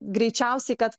greičiausiai kad